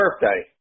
birthday